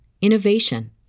innovation